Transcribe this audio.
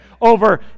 over